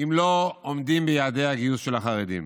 אם לא עומדים ביעדי הגיוס של החרדים.